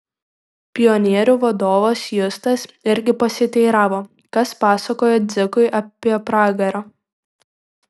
pionierių vadovas justas irgi pasiteiravo kas pasakojo dzikui apie pragarą